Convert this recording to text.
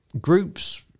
Groups